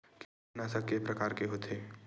कीटनाशक के प्रकार के होथे?